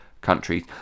countries